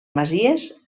masies